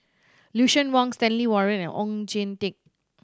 Lucien Wang Stanley Warren and Oon Jin Teik